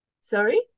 Sorry